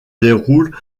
déroule